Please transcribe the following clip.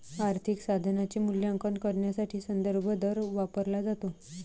आर्थिक साधनाचे मूल्यांकन करण्यासाठी संदर्भ दर वापरला जातो